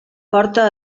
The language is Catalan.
porta